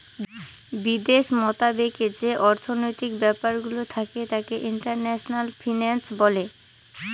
বিদেশ মতাবেকে যে অর্থনৈতিক ব্যাপারগুলো থাকে তাকে ইন্টারন্যাশনাল ফিন্যান্স বলে